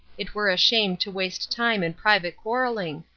it were a shame to waste time in private quarrelling.